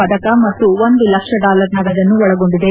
ಪದಕ ಮತ್ತು ಒಂದು ಲಕ್ಷ ಡಾಲರ್ ನಗದನ್ನು ಒಳಗೊಂಡಿದೆ